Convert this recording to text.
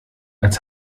als